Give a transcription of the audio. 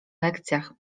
lekcjach